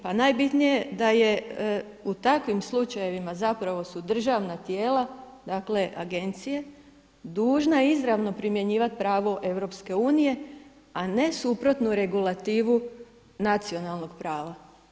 Pa najbitnije da je u takvim slučajevima su državna tijela, dakle agencije dužna izravno primjenjivati pravo EU, a ne suprotnu regulativu nacionalnog prava.